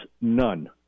none